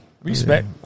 Respect